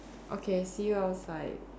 okay see you outside